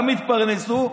גם התפרנסו,